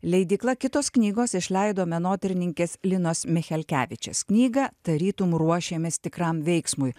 leidykla kitos knygos išleido menotyrininkės linos michelkevičės knygą tarytum ruošiamės tikram veiksmui